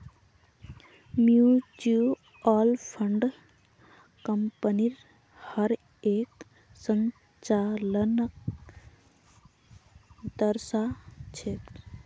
mutual fund कम्पनीर हर एक संचालनक दर्शा छेक